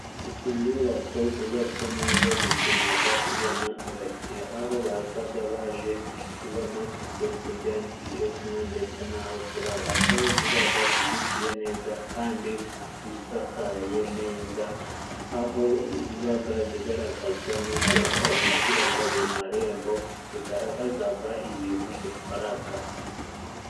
Inyubako zubatse neza zitumaga tubona abakiriya, aho bazaga baje kubona ibyo kurya, ibyo kunywa, ndetse n'aho kurara. Aho zibaga zizitiye neza kandi zisakaye neza, aho zibaga zigaragazwa n'ibyapa dushiraga ku marembo, bigaragazaga ibintu dukoraga.